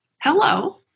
hello